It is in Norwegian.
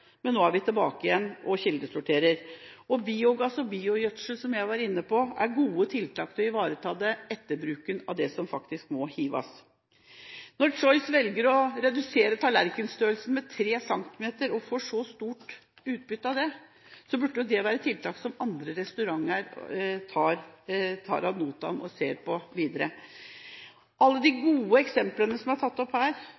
men nå er vi tilbake igjen og kildesorterer. Biogass og biogjødsel, som jeg var inne på, er gode tiltak for å ivareta etterbruken av det som faktisk må kastes. Når Choice velger å redusere tallerkenstørrelsen med tre centimeter og får så stort utbytte av det, så burde jo dette være et tiltak som andre restauranter tar ad notam og ser på videre. Alle de gode eksemplene som er